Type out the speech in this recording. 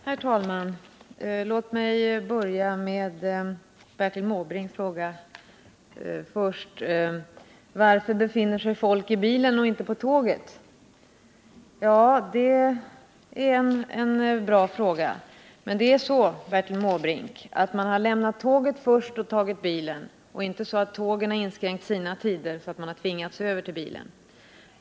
Herr talman! Låt mig börja med Bertil Måbrinks fråga varför folk befinner sig i bilen och inte på tåget. Det är en bra fråga. Men människorna har, Bertil Måbrink, först lämnat tåget och sedan tagit bilen. Det är inte inskränkningar i tidtabellerna för tågen som har tvingat människorna över till bilen.